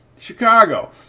Chicago